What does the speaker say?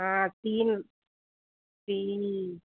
हाँ तीन तीन